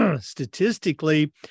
statistically